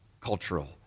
cultural